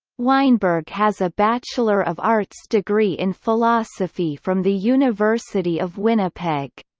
weinberg has a bachelor of arts degree in philosophy from the university of winnipeg.